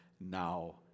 now